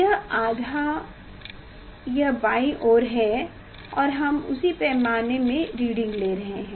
यह आधा यह बाईं ओर है और हम उसी पैमाने से रीडिंग ले रहे हैं